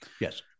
Yes